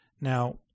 Now